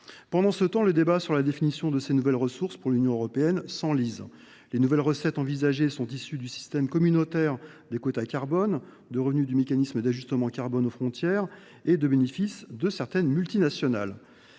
Cependant, le débat sur la définition de ces nouvelles ressources pour l’Union européenne s’enlise. Les nouvelles recettes envisagées seraient issues du système communautaire des quotas carbone, de revenus du mécanisme d’ajustement carbone aux frontières (MACF) et des bénéfices de certaines multinationales.